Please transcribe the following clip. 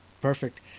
Perfect